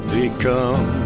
become